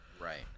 Right